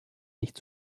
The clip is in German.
nicht